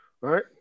right